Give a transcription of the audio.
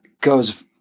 goes